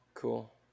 Cool